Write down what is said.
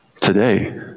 today